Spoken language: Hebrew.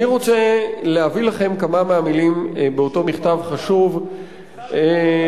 אני רוצה להביא לכם כמה מהמלים באותו מכתב חשוב של,